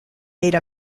made